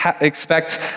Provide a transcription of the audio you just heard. expect